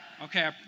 Okay